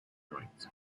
joints